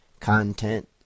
content